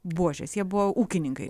buožės jie buvo ūkininkai